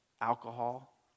alcohol